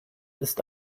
ist